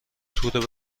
تور